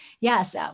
yes